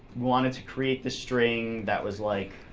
wanted to create the string that was like,